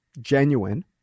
genuine